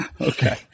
Okay